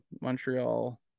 Montreal